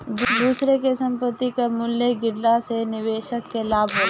दूसरा के संपत्ति कअ मूल्य गिरला से निवेशक के लाभ होला